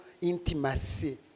intimacy